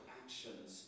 actions